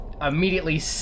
immediately